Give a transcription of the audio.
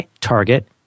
Target